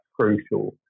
crucial